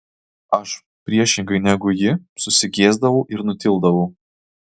aš priešingai negu ji susigėsdavau ir nutildavau